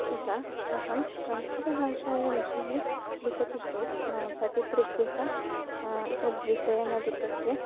यथा अहं संस्कृतभाषायाः विषये लिखामि चेत् पठितृभ्यः तं विषयम् अधिकृत्य